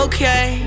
Okay